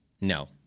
no